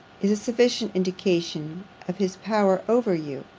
is a sufficient indication of his power over you,